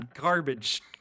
garbage